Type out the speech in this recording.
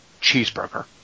Cheeseburger